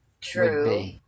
True